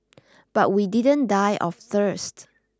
but we didn't die of thirst